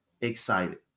excited